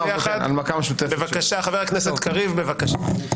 חה"כ קריב, בבקשה.